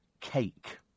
cake